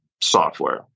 software